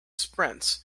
sprints